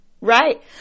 Right